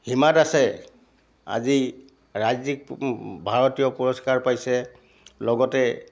হীমা দাসে আজি ৰাজ্যিক ভাৰতীয় পুৰস্কাৰ পাইছে লগতে